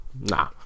Nah